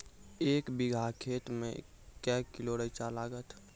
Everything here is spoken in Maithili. एक बीघा खेत मे के किलो रिचा लागत?